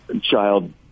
child